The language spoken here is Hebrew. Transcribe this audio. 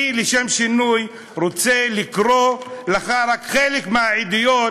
אני, לשם שינוי, רוצה לקרוא לך רק חלק מהעדויות,